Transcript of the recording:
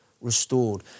restored